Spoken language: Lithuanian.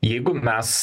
jeigu mes